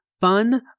fun